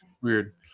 Weird